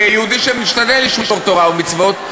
כיהודי שמשתדל לשמור תורה ומצוות,